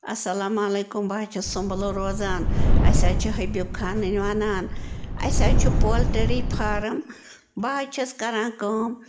اَسلامُ علیکُم بہٕ حظ چھَس سُنٛمبلہٕ روزان اَسہِ حظ چھِ حبیٖب خانٕنۍ وَنان اَسہِ حظ چھِ پولٹٔری فارَم بہٕ حظ چھَس کَران کٲم